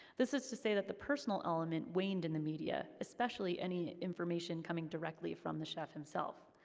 this is to say that the personal element waned in the media, especially any information coming directly from the chef himself.